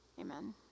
Amen